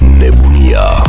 nebunia